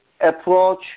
approach